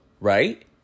Right